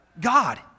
God